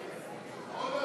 נתקבל.